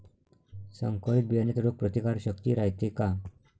संकरित बियान्यात रोग प्रतिकारशक्ती रायते का?